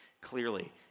clearly